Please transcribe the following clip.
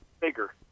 bigger